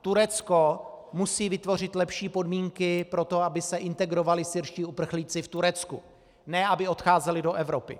Turecko musí vytvořit lepší podmínky pro to, aby se integrovali syrští uprchlíci v Turecku, ne aby odcházeli do Evropy.